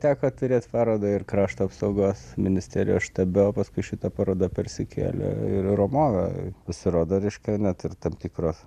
teko turėt parodą ir krašto apsaugos ministerijos štabe o paskui šita paroda persikėlė ir į ramovę pasirodo reiškia net tam tikro